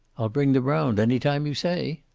i'll bring them round, any time you say.